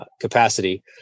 capacity